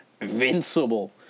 invincible